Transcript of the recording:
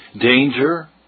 danger